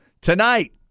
tonight